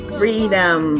freedom